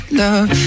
love